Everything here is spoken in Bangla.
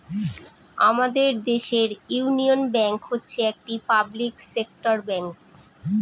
আমাদের দেশের ইউনিয়ন ব্যাঙ্ক হচ্ছে একটি পাবলিক সেক্টর ব্যাঙ্ক